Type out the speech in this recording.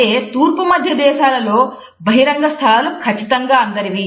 అదే తూర్పు మధ్య దేశాలలో బహిరంగ స్థలాలు ఖచ్చితంగా అందరివి